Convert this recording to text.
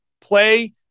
Play